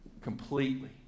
Completely